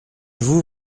vous